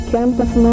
Campus